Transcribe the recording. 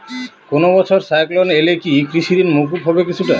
কোনো বছর সাইক্লোন এলে কি কৃষি ঋণ মকুব হবে কিছুটা?